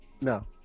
No